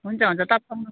हुन्छ हुन्छ तप